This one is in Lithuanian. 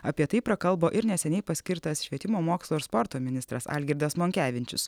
apie tai prakalbo ir neseniai paskirtas švietimo mokslo ir sporto ministras algirdas monkevinčius